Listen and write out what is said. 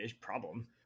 problem